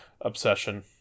obsession